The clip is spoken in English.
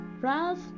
Ralph